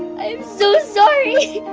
i'm so sorry.